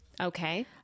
Okay